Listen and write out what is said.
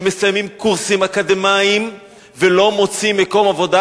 ואלפים שמסיימים קורסים אקדמיים ולא מוצאים מקום עבודה,